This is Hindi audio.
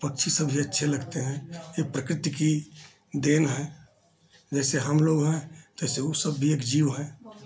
पक्षी सभी अच्छे लगते हैं यह प्रकृति की देन हैं जैसे हमलोग हैं वैसे वह सब भी एक जीव हैं